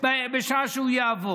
משעה שהוא יעבור.